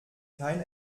kein